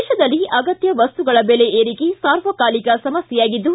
ದೇತದಲ್ಲಿ ಅಗತ್ತ ವಸ್ತುಗಳ ಬೆಲೆ ಏರಿಕೆ ಸಾರ್ವಕಾಲಿಕ ಸಮಸ್ಕೆಯಾಗಿದ್ದು